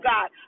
God